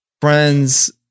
friends